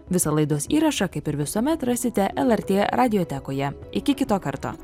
visą laidos įrašą kaip ir visuomet rasite lrt radiotekoje iki kito karto